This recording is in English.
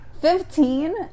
Fifteen